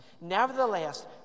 Nevertheless